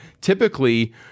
typically